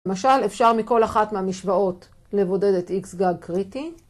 ‫משל, אפשר מכל אחת מהמשוואות ‫לבודד את איקס גג קריטי.